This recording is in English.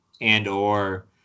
and/or